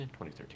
2013